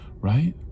right